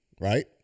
right